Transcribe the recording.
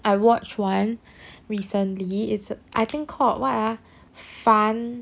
I watch one recently it's I think called what ah 凡